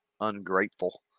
ungrateful